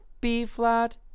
B-flat